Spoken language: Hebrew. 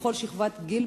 לכל שכבת גיל,